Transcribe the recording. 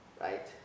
right